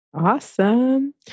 Awesome